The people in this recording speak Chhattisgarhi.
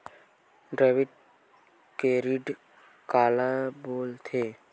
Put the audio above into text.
डेबिट क्रेडिट काला बोल थे?